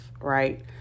right